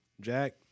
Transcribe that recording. Jack